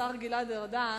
השר גלעד ארדן.